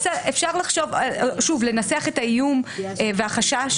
אפשר לנסח את האיום והחשש.